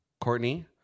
Courtney